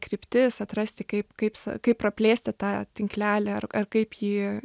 kryptis atrasti kaip kaip sa kaip praplėsti tą tinklelį ar ar kaip jį